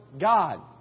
God